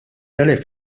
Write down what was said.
għalhekk